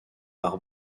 par